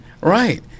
Right